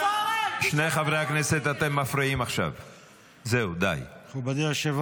זה בסדר --- זה בסדר.